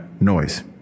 noise